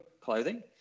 clothing